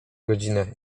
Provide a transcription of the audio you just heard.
godzinę